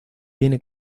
tiene